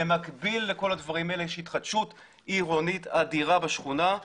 במקביל לכול הדברים האלה יש התחדשות עירונית אדירה בשכונה.